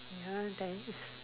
ya there is